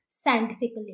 scientifically